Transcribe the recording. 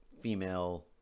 female